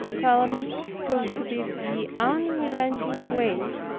calumnies proved to be the unrelenting waves,